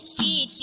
the